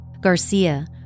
Garcia